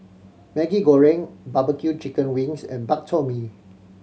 Maggi Goreng barbecue chicken wings and Bak Chor Mee